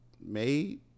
made